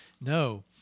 No